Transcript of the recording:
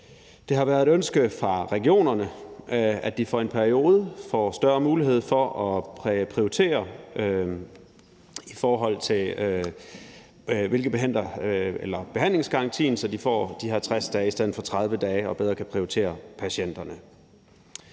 Det har været et ønske fra regionernes side, at de for en periode får større mulighed for at prioritere i forhold til behandlingsgarantien, så de får de her 60 dage i stedet for 30 dage og bedre kan prioritere patienterne